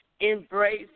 embrace